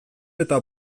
eta